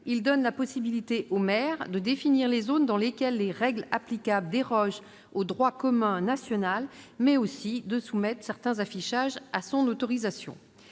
ils donnent la possibilité au maire de définir les zones dans lesquelles les règles applicables dérogent au droit commun national, mais aussi de soumettre certains affichages à son autorisation.